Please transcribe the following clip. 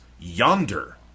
yonder